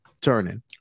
turning